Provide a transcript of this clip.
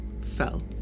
fell